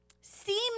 seem